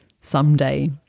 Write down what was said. someday